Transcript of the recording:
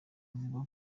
avuga